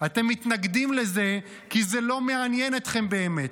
אתם מתנגדים לזה כי זה לא מעניין אתכם באמת.